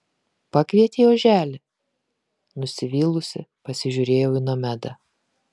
pakvietei oželį nusivylusi pasižiūrėjau į nomedą